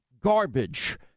garbage